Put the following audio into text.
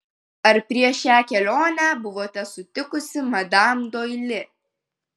ar prieš šią kelionę buvote sutikusi madam doili